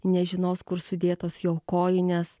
nežinos kur sudėtos jo kojines